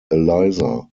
eliza